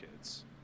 kids